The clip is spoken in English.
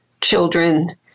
children